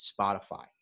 Spotify